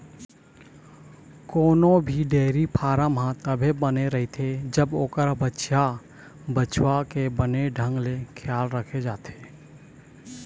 कोनो भी dairy farm ह तभे बने रहिथे जब ओखर बछिया, बछवा के बने ढंग ले खियाल राखे जाथे